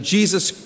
Jesus